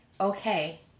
okay